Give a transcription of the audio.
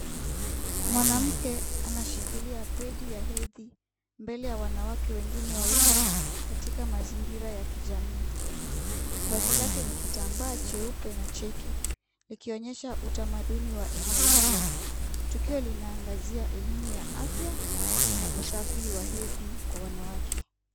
Mwanamke anashikilia begi ya hedhi mbele ya wanawake wengine wawili katika mazingira ya kijamii. Vazi lake ni kitambaa cheupe na cheki ikionyesha utamaduni wa eneo hilo. Tukio linaangazio elimu ya afya na usafi wa hedhi kwa wanawake.